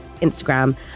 Instagram